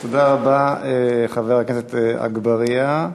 תודה רבה, חבר הכנסת אגבאריה.